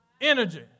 Energy